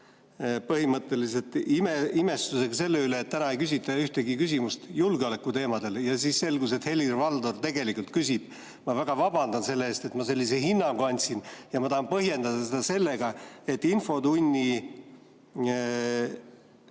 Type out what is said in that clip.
põhimõtteliselt imestusega selle üle, et täna ei küsita ühtegi küsimust julgeolekuteemadel, ja siis selgus, et Helir-Valdor tegelikult küsib. Ma väga vabandan selle eest, et ma sellise hinnangu andsin. Ma tahan põhjendada seda sellega, et infotunni